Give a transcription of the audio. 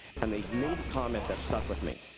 and they'd made a comment that stuck with me.